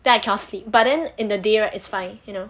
then I cannot sleep but then in the day right it's fine you know